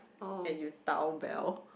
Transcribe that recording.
and you dao Belle